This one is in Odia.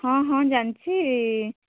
ହଁ ହଁ ଜାଣଛି